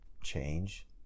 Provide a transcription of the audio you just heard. change